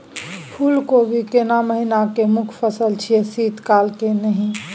फुल कोबी केना महिना के मुखय फसल छियै शीत काल के ही न?